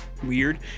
weird